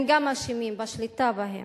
הם גם אשמים בשליטה בהם.